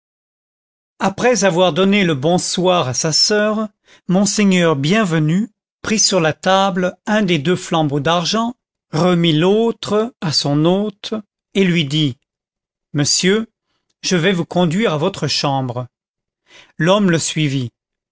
après avoir donné le bonsoir à sa soeur monseigneur bienvenu prit sur la table un des deux flambeaux d'argent remit l'autre à son hôte et lui dit monsieur je vais vous conduire à votre chambre l'homme le suivit